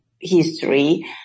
history